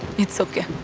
it's okay.